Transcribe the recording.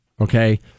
Okay